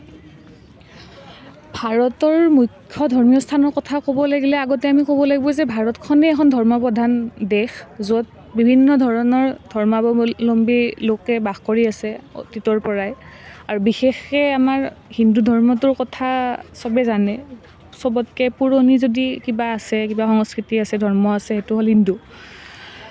ভাৰতৰ মুখ্য ধৰ্মীয় স্থানৰ কথা ক'ব লাগিলে আগতে আমি ক'ব লাগিব যে ভাৰতখনেই এখন ধৰ্মপ্ৰধান দেশ য'ত বিভিন্ন ধৰণৰ ধৰ্মাৱলম্বী লোকে বাস কৰি আছে অতীতৰ পৰাই আৰু বিশেষকে আমাৰ হিন্দু ধৰ্মটোৰ কথা চবেই জানে চবতকে পুৰণি যদি কিবা আছে কিবা সংস্কৃতি আছে ধৰ্ম আছে সেইটো হ'ল হিন্দু